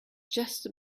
just